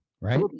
right